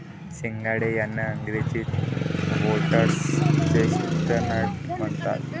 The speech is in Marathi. सिंघाडे यांना इंग्रजीत व्होटर्स चेस्टनट म्हणतात